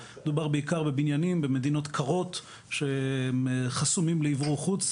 מדובר בעיקר בבניינים במדינות קרות אשר חסומים לאוורור חוץ.